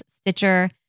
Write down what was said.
Stitcher